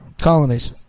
colonies